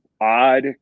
odd